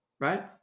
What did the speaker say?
right